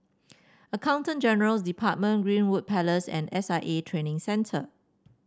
Accountant General's Department Greenwood Place and S I A Training Centre